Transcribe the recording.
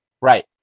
right